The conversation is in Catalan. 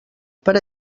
per